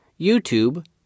YouTube